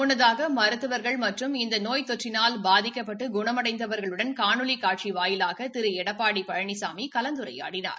முன்னதாக மருத்துவர்கள் மற்றும் இந்த நோய் தொற்றினால் பாதிக்கப்பட்டு குணமடைந்தவர்களுடன் காணொலி காட்சி வாயிலாக திரு எடப்பாடி பழனிசாமி கலந்துரையாடினார்